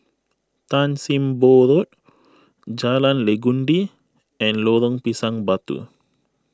Tan Sim Boh Road Jalan Legundi and Lorong Pisang Batu